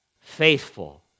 faithful